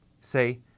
say